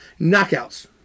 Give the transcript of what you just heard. knockouts